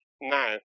now